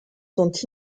sont